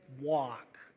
walk